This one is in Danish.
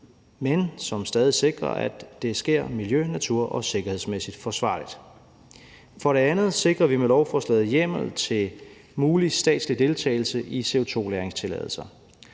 at det stadig væk sker miljø-, natur- og sikkerhedsmæssigt forsvarligt. For det andet sikrer vi med lovforslaget hjemmel til mulig statslig deltagelse i CO2-lagringstilladelser.